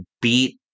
beat